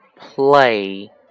PLAY